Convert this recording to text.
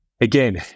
Again